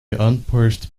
unpursed